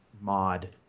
mod